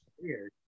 Weird